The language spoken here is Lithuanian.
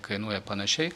kainuoja panašiai